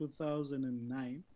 2009